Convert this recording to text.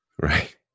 Right